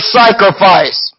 sacrifice